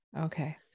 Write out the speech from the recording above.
okay